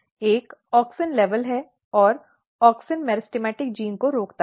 एक ऑक्सिन स्तर है और ऑक्सिन मेरिस्टेमेटिक जीन को रोकताहै